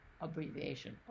abbreviation